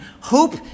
Hope